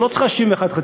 היא לא צריכה 61 חתימות,